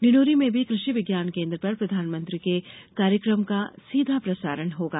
डिण्डोरी में भी कृषि विज्ञान केन्द्र पर प्रधानमंत्री के कार्यक्रम का सीधा प्रसारण होगा